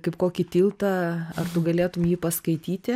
kaip kokį tiltą ar tu galėtum jį paskaityti